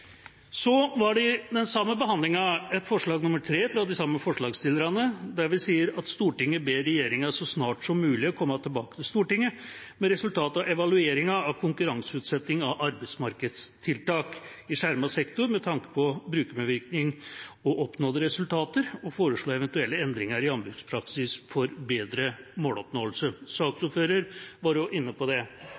så snart som mulig komme tilbake til Stortinget med resultatene av evalueringen av konkurranseutsettingen av arbeidsmarkedstiltak i skjermet sektor med tanke på brukermedvirkning og oppnådde resultater og foreslå eventuelle endringer i anbudspraksis for bedre måloppnåelse.» Saksordføreren var også inne på dette. En av de tingene som gleder meg, er at det